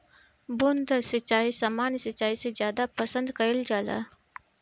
बूंद सिंचाई सामान्य सिंचाई से ज्यादा पसंद कईल जाला